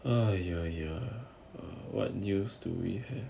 ah ya ya what news do we have